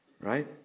right